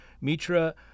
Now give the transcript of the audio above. Mitra